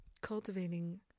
cultivating